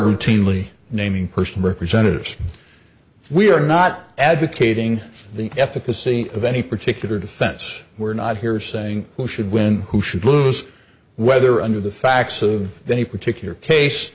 routinely naming person representatives we are not advocating the efficacy of any particular defense we're not here saying who should win who should lose whether under the facts of any particular